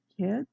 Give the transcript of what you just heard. kids